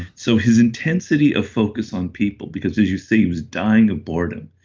so his intensity of focus on people, because as you say he was dying of boredom,